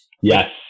Yes